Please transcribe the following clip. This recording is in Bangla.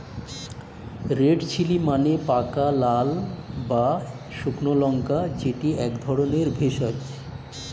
রেড চিলি মানে পাকা লাল বা শুকনো লঙ্কা যেটি এক ধরণের ভেষজ